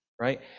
right